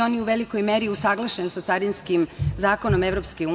On je u velikoj meri usaglašen sa Carinskim zakonom EU.